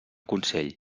consell